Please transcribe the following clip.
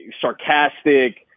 sarcastic